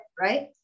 right